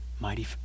Mighty